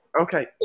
Okay